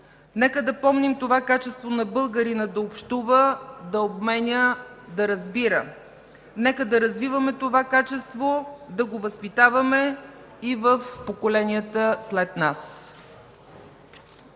Нека да помним това качество на българина да общува, да обменя, да разбира! Нека да развиваме това качество, да го възпитаваме и в поколенията след нас!